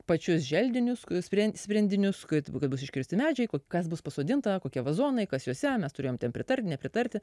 pačius želdinius sprendinius iškirsti medžiai kur kas bus pasodinta kokie vazonai kas juose mes turėjom ten pritarti nepritarti